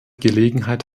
gelegenheit